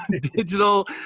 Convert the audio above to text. digital